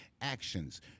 actions